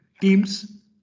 teams